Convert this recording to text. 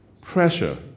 Pressure